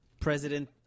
president